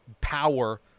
power